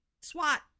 SWAT